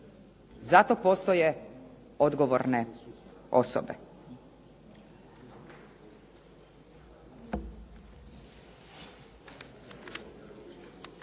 Za to postoje odgovorne osobe.